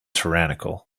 tyrannical